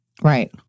Right